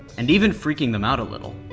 and even freaking them out a little.